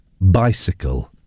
bicycle